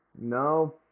No